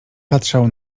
patrzał